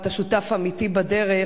אתה שותף אמיתי בדרך,